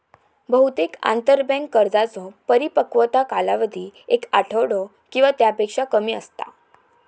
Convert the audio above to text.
बहुतेक आंतरबँक कर्जांचो परिपक्वता कालावधी एक आठवडो किंवा त्यापेक्षा कमी असता